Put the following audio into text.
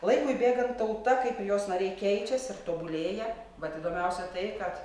laikui bėgant tauta kaip ir jos nariai keičias ir tobulėja vat įdomiausia tai kad